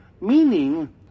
Meaning